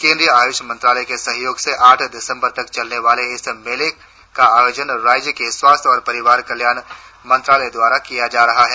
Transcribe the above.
केंद्रीय आयुष मंत्रालय के सहयोग से आठ दिसंबर तक चलने वाले इस मेले का आयोजन राज्य के स्वास्थ्य एवं परिवार कल्याण मंत्रालय द्वारा किया जा रहा है